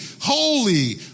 holy